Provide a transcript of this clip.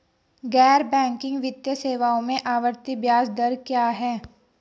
गैर बैंकिंग वित्तीय सेवाओं में आवर्ती ब्याज दर क्या है?